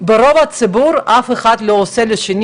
ברוב הציבור אף אחד לא עושה לשני